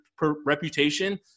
reputation